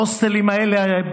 ההוסטלים האלה,